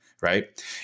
right